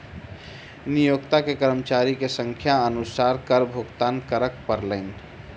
नियोक्ता के कर्मचारी के संख्या अनुसार कर भुगतान करअ पड़लैन